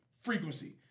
frequency